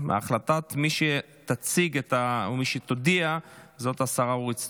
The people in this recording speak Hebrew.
מי שתציג או מי שתודיע זו השרה אורית סטרוק.